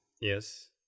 Yes